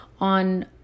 On